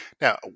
now